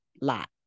Lot